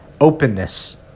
openness